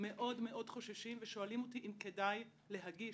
מאוד חוששים ושואלים אותי אם כדאי להגיש.